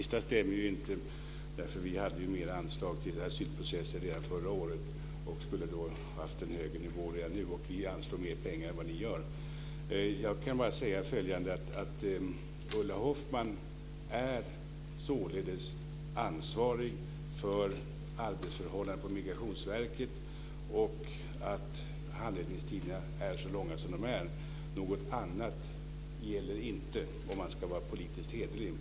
Fru talman! Det sista stämmer inte. Vi hade större anslag till asylprocessen redan förra året och skulle därmed ha haft en högre nivå nu. Vi anslår mer pengar än vad ni gör. Jag kan bara säga följande. Ulla Hoffmann är således ansvarig för arbetsförhållandena på Migrationsverket och för att handläggningstiderna är så långa som de är. Något annat gäller inte om man ska vara politiskt hederlig.